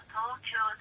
Tokyo